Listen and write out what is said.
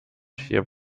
hier